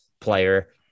player